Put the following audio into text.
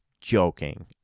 joking